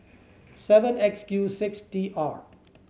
seven X Q six T R